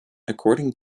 according